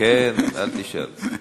כן, אל תשאל.